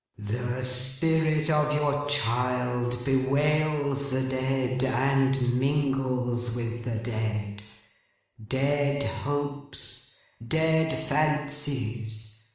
the spirit of your child bewails the dead, and mingles with the dead dead hopes, dead fancies,